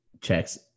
checks